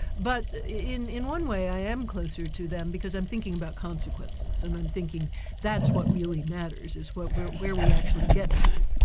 but in in one way i am closer to them, because i'm thinking about consequences, and i'm thinking that's what really matters, is where where we actually get to.